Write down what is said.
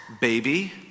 baby